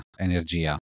Energia